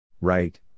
Right